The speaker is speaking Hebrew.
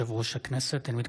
חברי הכנסת, אני מחדש את הישיבה.